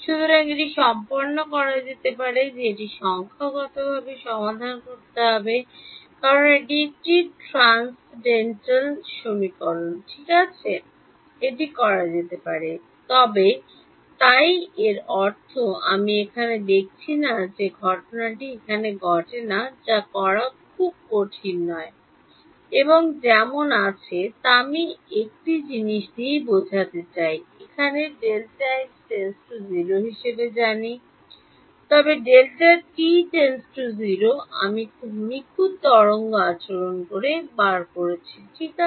সুতরাং এটি সম্পন্ন করা যেতে পারে এটি সংখ্যাগতভাবে সমাধান করতে হবে কারণ এটি একটি ট্রান্সইডেন্টাল সমীকরণ ঠিক আছে এটি করা যেতে পারে তবে তাই এর অর্থ আমি এখানে দেখছি না যে গণনাটি এখানে ঘটে যা করা খুব কঠিন নয় যে আমার যেমন আছে তাই আমি একটি জিনিস বোঝাতে চাই যে আমরা এটি Δx → 0 হিসাবে জানি তবে Δt→ 0 আমি নিখুঁত তরঙ্গ আচরণ ঠিক আছে